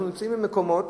אנחנו נמצאים במקומות